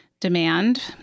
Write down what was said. demand